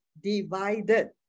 divided